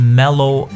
mellow